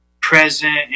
present